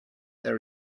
there